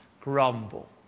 grumble